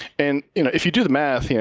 and you know if you do the math, yeah